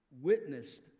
witnessed